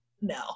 no